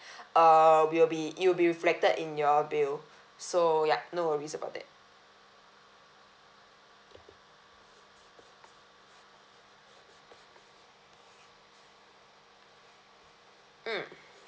uh will be it will be reflected in your bill so ya no worries about that mm